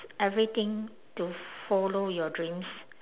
everything to follow your dreams